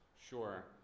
sure